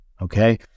okay